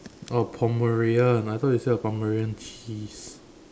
oh Pomeranian I thought you say a Pomeranian cheese